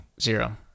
Zero